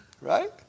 Right